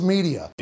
Media